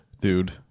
dude